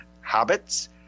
habits